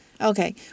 Okay